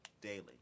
Daily